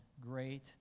great